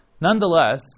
Nonetheless